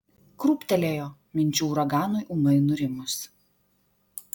krūptelėjo minčių uraganui ūmai nurimus